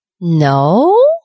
no